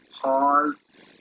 pause